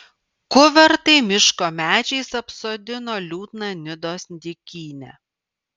kuvertai miško medžiais apsodino liūdną nidos dykynę